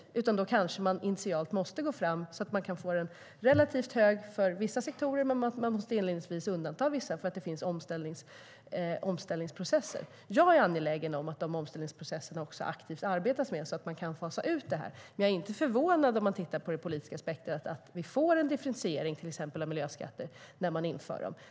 I stället måste man kanske initialt gå fram på ett sätt som gör att man får den relativt hög för vissa sektorer men inledningsvis måste undanta andra eftersom det finns omställningsprocesser. Jag är angelägen om att det arbetas aktivt med omställningsprocesserna så att vi kan fasa ut det här. Om vi tittar på det politiska spektrumet är jag inte förvånad att vi får en differentiering av till exempel miljöskatter när de införs.